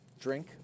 drink